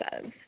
says